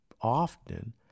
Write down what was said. often